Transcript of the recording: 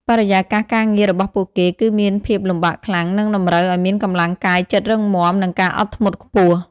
បរិយាកាសការងាររបស់ពួកគេគឺមានភាពលំបាកខ្លាំង និងតម្រូវឲ្យមានកម្លាំងកាយចិត្តរឹងមាំ និងការអត់ធ្មត់ខ្ពស់។